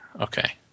Okay